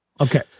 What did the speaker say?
Okay